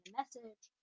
message